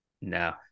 no